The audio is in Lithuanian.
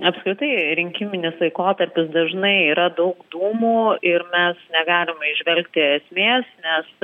apskritai rinkiminis laikotarpis dažnai yra daug dūmų ir mes negalime įžvelgti esmės nes